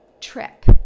trip